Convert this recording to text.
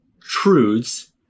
truths